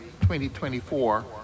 2024